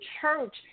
church